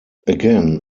again